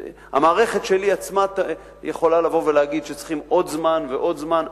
המערכת שלי עצמה יכולה לבוא ולהגיד שצריכים עוד זמן ועוד זמן,